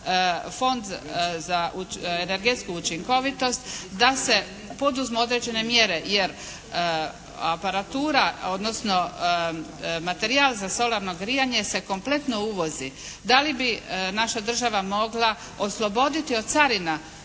Fond za energetsku učinkovitost da se poduzmu određene mjere jer aparatura, odnosno materijal za solarno grijanje se kompletno uvozi. Da li bi naša država mogla osloboditi od carina